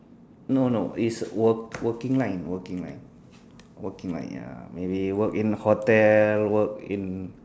no no it's work working line working line working line ya maybe in work in